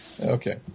Okay